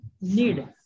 need